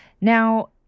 Now